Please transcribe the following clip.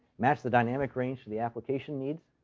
match the dynamic range to the application needs.